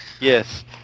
Yes